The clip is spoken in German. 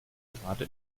gerade